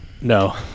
No